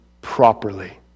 properly